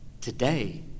Today